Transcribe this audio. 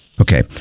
Okay